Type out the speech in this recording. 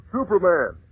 Superman